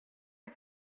est